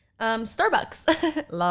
Starbucks